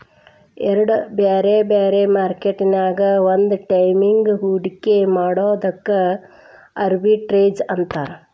ಎರಡ್ ಬ್ಯಾರೆ ಬ್ಯಾರೆ ಮಾರ್ಕೆಟ್ ನ್ಯಾಗ್ ಒಂದ ಟೈಮಿಗ್ ಹೂಡ್ಕಿ ಮಾಡೊದಕ್ಕ ಆರ್ಬಿಟ್ರೇಜ್ ಅಂತಾರ